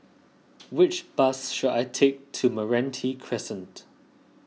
which bus should I take to Meranti Crescent